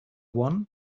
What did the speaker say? one